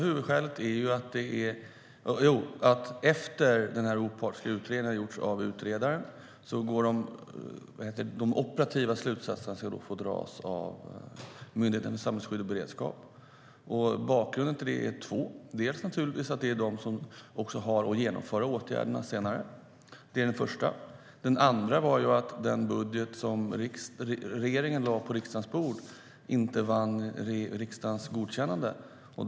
Efter det att den opartiska utredningen har gjorts av utredaren ska de operativa slutsatserna dras av Myndigheten för samhällsskydd och beredskap. Det finns två huvudskäl för regeringens beslut, dels att myndigheten har att genomföra åtgärderna senare, dels att den budget som regeringen lade på riksdagens bord inte vann riksdagens godkännande.